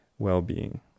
well-being